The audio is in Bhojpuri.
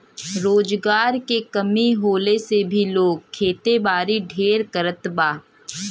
रोजगार के कमी होले से भी लोग खेतीबारी ढेर करत बा